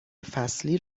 فصلی